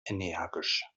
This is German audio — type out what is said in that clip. energisch